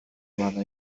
بعد